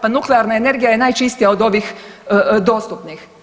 Pa nuklearna energija je najčistija od ovih dostupnih.